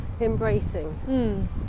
embracing